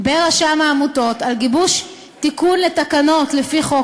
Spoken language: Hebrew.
ברשם העמותות על גיבוש תיקון לתקנות לפי חוק